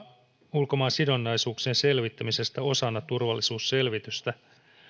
ulkomaansidonnaisuuksien selvittämisestä osana turvallisuusselvitystä